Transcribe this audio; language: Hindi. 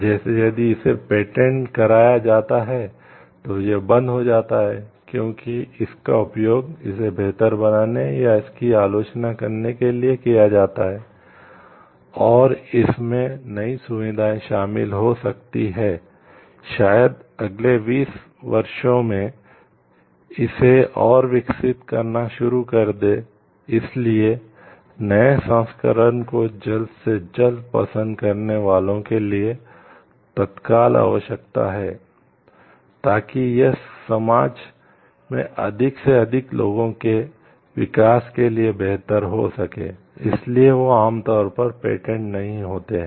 जैसे यदि इसे पेटेंट नहीं होते हैं